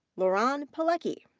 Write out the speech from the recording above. loran pelecky.